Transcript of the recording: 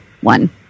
one